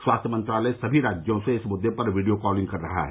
स्वास्थ्य मंत्रालय सभी राज्यों से इस मुद्दे पर वीडियो कॉलिंग कर रहा है